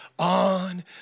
On